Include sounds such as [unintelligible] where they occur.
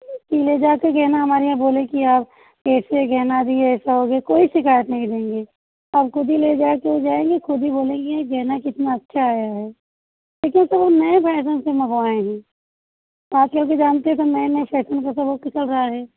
ले जाके गहना हमारे [unintelligible] बोलें कि आप कैसे गहना दिए ऐसा हो गया कोई शिकायत नहीं देंगे आप खुद ही ले जाके जाएँगी खुद ही बोलेंगी ये गहना कितना अच्छा है [unintelligible] हम सब वो नए फैसन के मंगवाए हैं आप लोग भी जानते हैं नए नए फैसन का सब [unintelligible] रहा है